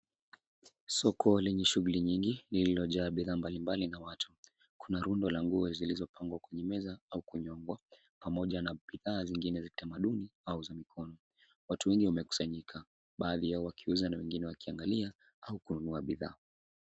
Soko lenye shughuli nyingi lililo jaa bidhaa mbalimbali na watu. Kuna rundo la nguo zilizo pangwa kwenye meza au kwenye upwa pamoja na bidhaa zingine za utamaduni au za mkono. Watu wengi wamekusanyika baadhi yao wakiuza na wengine kuangalia au kununua bidhaa.